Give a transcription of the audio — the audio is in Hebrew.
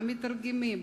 המתרגמים,